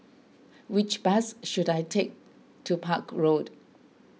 which bus should I take to Park Road